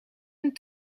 een